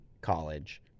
college